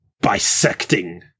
bisecting